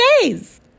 days